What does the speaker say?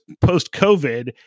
post-COVID